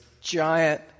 giant